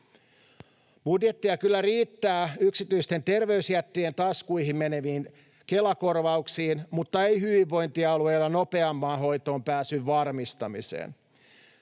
Budjettia kyllä riittää yksityisten terveysjättien taskuihin meneviin Kela-korvauksiin mutta ei hyvinvointialueilla nopeamman hoitoonpääsyn varmistamiseen.